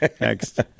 Next